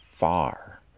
far